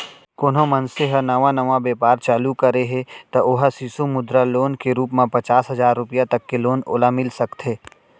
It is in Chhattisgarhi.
कोनो मनसे ह नवा नवा बेपार चालू करे हे त ओ ह सिसु मुद्रा लोन के रुप म पचास हजार रुपया तक के लोन ओला मिल सकथे